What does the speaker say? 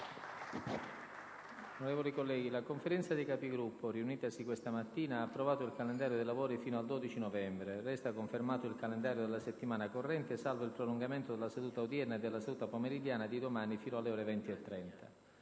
la Conferenza dei Capigruppo, riunitasi questa mattina, ha approvato il calendario dei lavori fino al 12 novembre. Resta confermato il calendario della settimana corrente, salvo il prolungamento della seduta odierna e della seduta pomeridiana di domani fino alle ore 20,30.